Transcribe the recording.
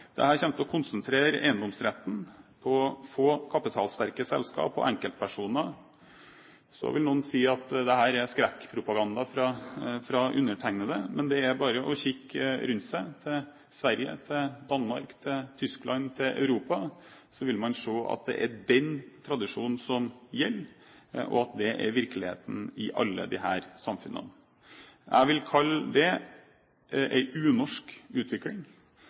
til å konsentrere eiendomsretten på få kapitalsterke selskap og enkeltpersoner. Så vil noen si at dette er skrekkpropaganda fra undertegnede. Men det er bare å kikke rundt seg, til Sverige, til Danmark, til Tyskland, til Europa, så vil man se at det er den tradisjonen som gjelder, og at det er virkeligheten i alle disse samfunnene. Jeg vil kalle det en unorsk utvikling